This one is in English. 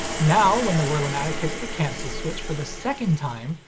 now, when the wurlamatic hits the cancel switch for the second time,